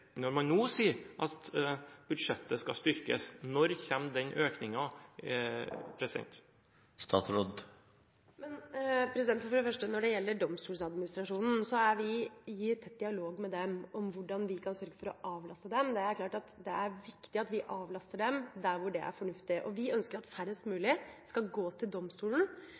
nå sier at budsjettet skal styrkes, når kommer den økningen? Når det for det første gjelder Domstoladministrasjonen, er vi i tett dialog om hvordan vi kan sørge for å avlaste dem. Det er klart at det er viktig at vi avlaster dem der det er fornuftig. Vi ønsker at færrest mulig skal gå til domstolen,